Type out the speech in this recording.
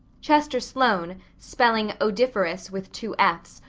chester sloane, spelling odoriferous with two f's,